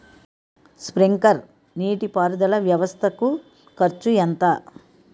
Sprinkler నీటిపారుదల వ్వవస్థ కు ఖర్చు ఎంత?